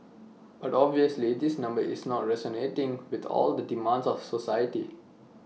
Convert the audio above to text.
but obviously this number is not resonating with all the demands of society